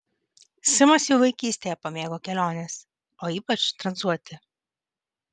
simas jau vaikystėje pamėgo keliones o ypač tranzuoti